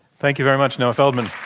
thank you very much, noah feldman.